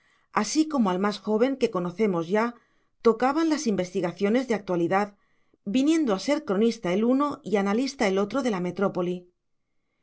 así como al más joven que conocemos ya tocaban las investigaciones de actualidad viniendo a ser cronista el uno y analista el otro de la metrópoli